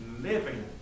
living